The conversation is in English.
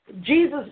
Jesus